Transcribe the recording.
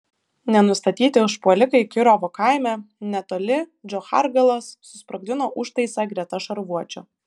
nenustatyti užpuolikai kirovo kaime netoli džochargalos susprogdino užtaisą greta šarvuočio